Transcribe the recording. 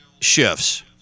shifts